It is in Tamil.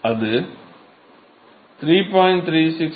எனவே அது3